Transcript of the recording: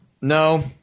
No